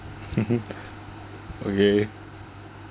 mmhmm okay